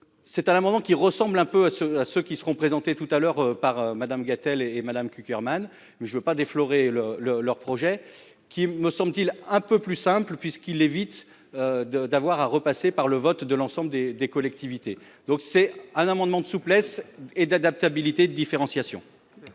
C'est un amendement qui ressemble un peu à ce, à ceux qui seront présentés tout à l'heure par Madame Gatel et Madame Cukierman, mais je ne veux pas déflorer le le leur projet qui me semble-t-il, un peu plus simple puisqu'il évite. De, d'avoir à repasser par le vote de l'ensemble des des collectivités. Donc c'est un amendement de souplesse et d'adaptabilité de différenciation.